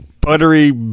buttery